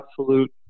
absolute